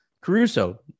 Caruso